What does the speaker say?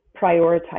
prioritize